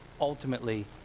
ultimately